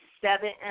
seven